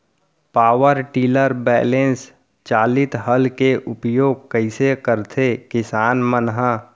Power tiller बैलेंस चालित हल के उपयोग कइसे करथें किसान मन ह?